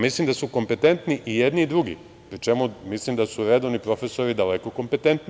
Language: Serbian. Mislim da su kompetentni i jedni i drugi, pri čemu mislim da su redovni profesori daleko kompetentni.